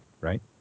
right